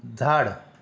झाड